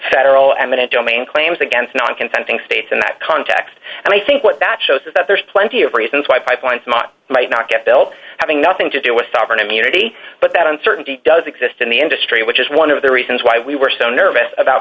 federal eminent domain claims against non consenting states in that context and i think what that shows is that there's plenty of reasons why pipelines not might not get built having nothing to do with sovereign immunity but that uncertainty does exist in the industry which is one of the reasons why we were so nervous about